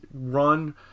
run